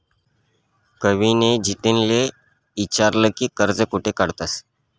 कविनी जतिनले ईचारं की कर्ज कोठे काढतंस